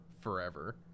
forever